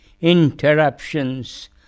interruptions